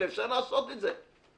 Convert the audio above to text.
אפשר לעשות את זה.